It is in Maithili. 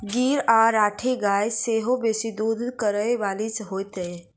गीर आ राठी गाय सेहो बेसी दूध करय बाली होइत छै